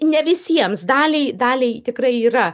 ne visiems daliai daliai tikrai yra